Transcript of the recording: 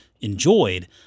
enjoyed